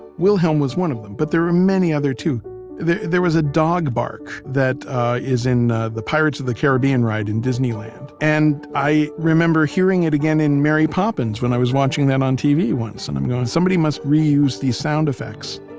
wilhelm was one of them. but there are many other, too there there was a dog bark, that is in the pirates of the caribbean ride in disneyland. and, i remember hearing it again in mary poppins when i was watching that on tv once. and i'm going, somebody must reuse these sound effects.